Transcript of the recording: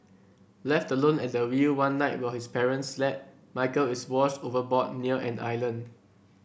left alone at the wheel one night while his parents slept Michael is washed overboard near an island